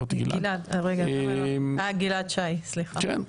המפעלים הגדולים חוברו,